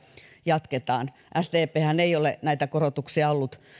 jatketaan sdphän ei ole näitä korotuksia ollut